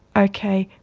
okay,